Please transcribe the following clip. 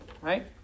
Right